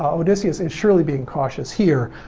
um odysseus is surely being cautious here,